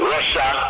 Russia